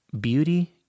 beauty